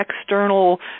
external